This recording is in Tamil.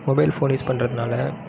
மொபைல் ஃபோன் யூஸ் பண்ணுறதுனால